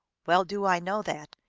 well do i know that,